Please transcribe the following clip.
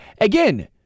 Again